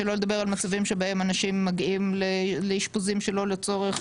שלא לדבר על מצבים שבהם אנשים מגיעים לאשפוזים שלא לצורך,